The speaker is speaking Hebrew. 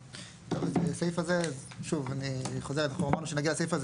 אז השאלה הראשונה בנוגע לסעיף הזה שאמרנו שנחזור אליו,